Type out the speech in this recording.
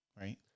right